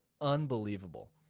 unbelievable